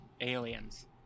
Aliens